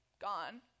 Gone